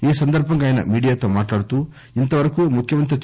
ఈ సందర్భంగా ఆయన మీడియాతో మాట్లాడుతూ ఇంతవరకు ముఖ్యమంత్రి కె